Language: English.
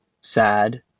sad